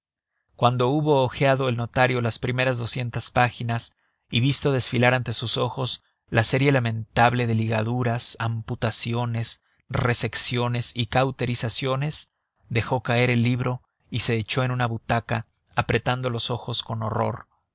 cuando hubo hojeado el notario las primeras doscientas páginas y visto desfilar ante sus ojos la serie lamentable de ligaduras amputaciones resecciones y cauterizaciones dejó caer el libro y se echó en una butaca apretando los ojos con horror